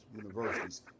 universities